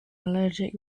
allergic